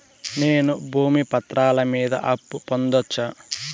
నేను భూమి పత్రాల మీద అప్పు పొందొచ్చా?